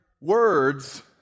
words